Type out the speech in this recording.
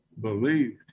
believed